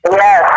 yes